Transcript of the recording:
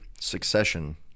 succession